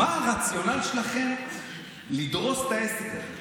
מה הרציונל שלכם לדרוס את העסק?